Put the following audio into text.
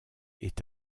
est